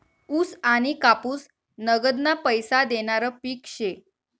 ऊस आनी कापूस नगदना पैसा देनारं पिक शे